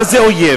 מה זה אויב?